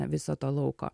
viso to lauko